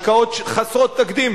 השקעות חסרות תקדים,